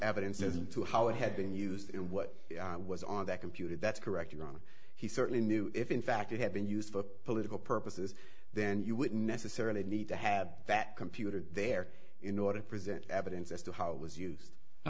evidence as to how it had been used and what was on that computer that's correct your honor he certainly knew if in fact it had been used for political purposes then you would necessarily need to have that computer there in order to present evidence as to how it was